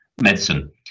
medicine